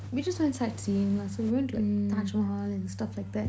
we just went sightseeing lah so we went to like taj mahal and stuff like that